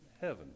heaven